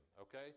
Okay